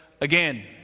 again